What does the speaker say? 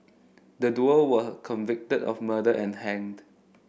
the duo were convicted of murder and hanged